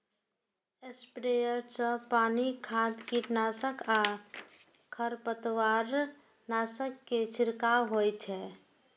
sprayer सं पानि, खाद, कीटनाशक आ खरपतवारनाशक के छिड़काव होइ छै